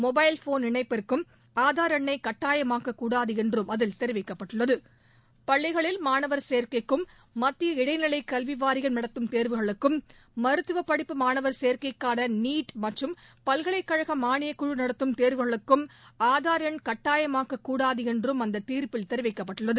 mobile phone இணைப்பதற்கும் ஆதார் எண்ணை கட்டாயமாக்கக்கூடாது என்றும் அதில் தெரிவிக்கப்பட்டுள்ளது பள்ளிகளில் மாணவர் சேர்க்கைக்கும் மத்திய இடைநிலை கல்விவாரியம் நடத்தும் தேர்வுகளுக்கும் மருத்துவப்படிப்பு மாணவர் சேர்க்கைக்கான நீட் மற்றும் பல்கலைக்கழக மானியக்குழுநடத்தும் தேர்வுகளுக்கும் ஆதார் எண் கட்டாயமாக்கக்கூடாது என்றும் அந்த தீர்ப்பில் தெரிவிக்கப்பட்டுள்ளது